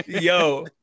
yo